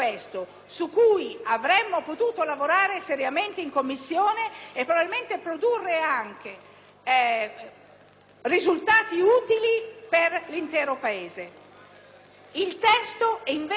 risultati utili per l'intero Paese. Il testo è invece stato costruito e condotto al voto ignorando il contributo costruttivo e non ostruzionistico